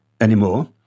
anymore